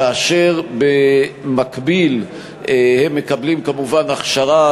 כאשר במקביל הם מקבלים כמובן הכשרה,